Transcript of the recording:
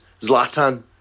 Zlatan